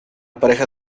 pareja